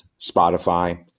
Spotify